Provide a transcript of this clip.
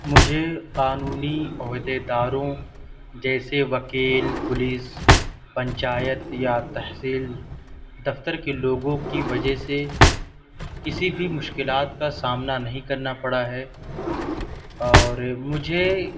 مجھے قانونی عہدے داروں جیسے وکیل پولیس پنچایت یا تحصیل دفتر کے لوگوں کی وجہ سے کسی بھی مشکلات کا سامنا نہیں کرنا پڑا ہے اور مجھے